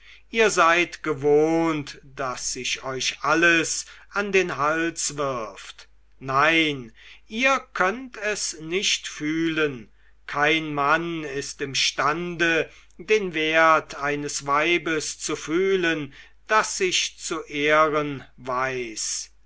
ihr seid gewohnt daß sich euch alles an den hals wirft nein ihr könnt es nicht fühlen kein mann ist imstande den wert eines weibes zu fühlen das sich zu ehren weiß